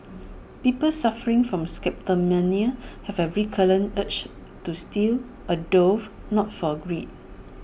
people suffering from kleptomania have A recurrent urge to steal although not for greed